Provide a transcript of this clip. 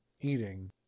eating